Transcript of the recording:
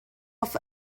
off